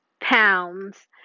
pounds